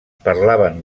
parlaven